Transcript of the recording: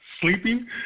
Sleeping